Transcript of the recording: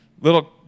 little